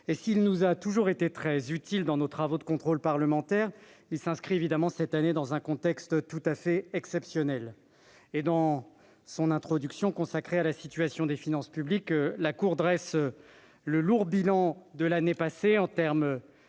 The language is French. S'il a toujours été utile à nos travaux de contrôle parlementaire, il s'inscrit, cette année, dans un contexte exceptionnel. Dans son introduction consacrée à la situation des finances publiques, la Cour dresse le lourd bilan de l'année passée : chute